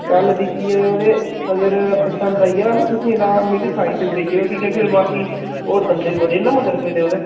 कल दिक्खी आओ ते अगर पसन्द आई जाहग नी तुसें ते तां मिगी साई सुई देई जाएओ कि के बाकी होर बंदे बड़े न मगर पेदे ओह्दे